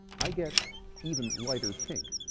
i get even lighter pink.